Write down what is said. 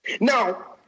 Now